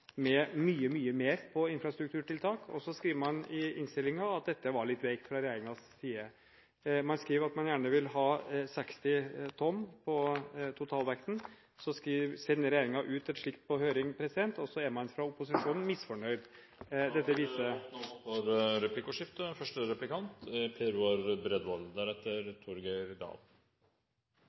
med mye, mye mer på infrastrukturtiltak, og da skriver man i innstillingen at dette var litt veikt fra regjeringens side. Man skriver at man gjerne vil ha 60 tonn på totalvekten, så sender regjeringen et slikt forslag på høring, og så er man fra opposisjonen misfornøyd. Det blir replikkordskifte.